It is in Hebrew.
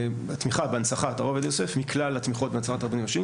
תמיכה בהנצחת הרב עובדיה יוסף מכלל התמיכות בהנצחת רבנים ראשיים,